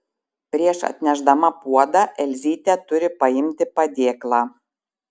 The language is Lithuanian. prieš atnešdama puodą elzytė turi paimti padėklą